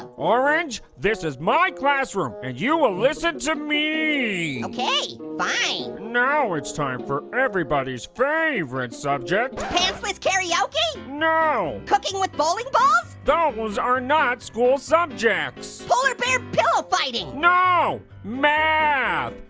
orange, this is my classroom, and you will listen to me. okay, fine. now it's time for everybody's favorite subject. pantsless karaoke? no! cooking with bowling balls? those are not school subjects! polar bear pillowfighting? no! math,